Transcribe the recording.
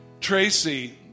Tracy